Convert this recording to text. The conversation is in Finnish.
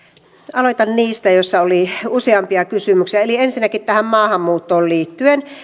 aloitan niistä joissa oli useampia kysymyksiä eli ensinnäkin tähän maahanmuuttoon liittyen